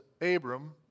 abram